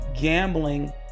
gambling